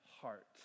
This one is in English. heart